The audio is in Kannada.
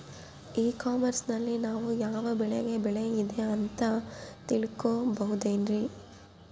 ಇ ಕಾಮರ್ಸ್ ನಲ್ಲಿ ನಾವು ಯಾವ ಬೆಳೆಗೆ ಬೆಲೆ ಇದೆ ಅಂತ ತಿಳ್ಕೋ ಬಹುದೇನ್ರಿ?